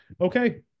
Okay